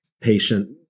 patient